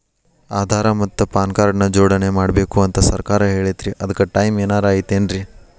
ಆಧಾರ ಮತ್ತ PAN card ನ ಜೋಡಣೆ ಮಾಡ್ಬೇಕು ಅಂತಾ ಸರ್ಕಾರ ಹೇಳೈತ್ರಿ ಅದ್ಕ ಟೈಮ್ ಏನಾರ ಐತೇನ್ರೇ?